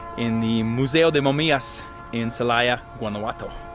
in the museo de momias in celaya, guanajuato.